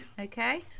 Okay